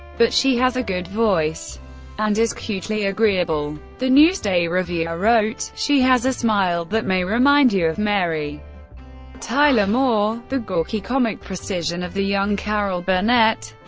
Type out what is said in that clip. but she has a good voice and is cutely agreeable. the newsday reviewer wrote she has a smile that may remind you of mary tyler moore, the gawky comic precision of the young carol burnett,